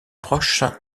proches